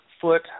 foot